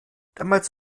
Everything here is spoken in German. damals